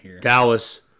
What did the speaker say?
Dallas